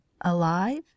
Alive